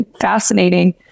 fascinating